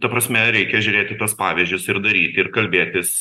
ta prasme reikia žiūrėt į tuos pavyzdžius ir daryti ir kalbėtis